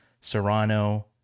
serrano